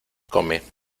come